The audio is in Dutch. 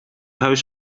huis